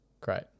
great